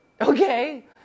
okay